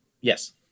yes